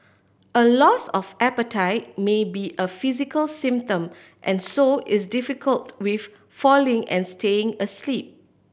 a loss of appetite may be a physical symptom and so is difficult with falling and staying asleep